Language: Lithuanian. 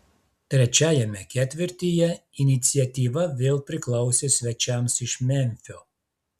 trečiajame ketvirtyje iniciatyva vėl priklausė svečiams iš memfio